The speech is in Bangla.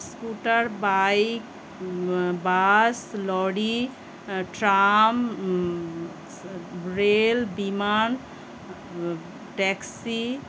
scooter bike bus lorry tram স রেল বিমান ট্যাক্সি